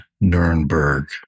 Nuremberg